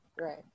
right